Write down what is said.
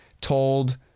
told